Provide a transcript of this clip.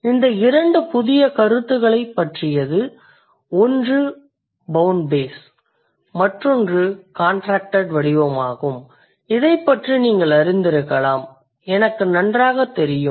இதன் இரண்டு புதிய கருத்துகளைப் பற்றியது ஒன்று பௌண்ட் பேஸ் மற்றொன்று காண்டிரக்டட் வடிவமாகும் இதைப் பற்றி நீங்கள் அறிந்திருக்கலாம் எனக்கு நன்றாகத் தெரியும்